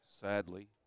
Sadly